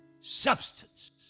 substance